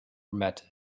met